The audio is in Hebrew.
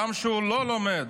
גם שהוא לא לומד,